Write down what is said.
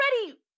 already